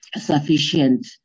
sufficient